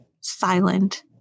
silent